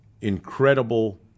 incredible